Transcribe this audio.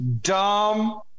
Dumb